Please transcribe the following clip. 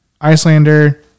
Icelander